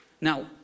Now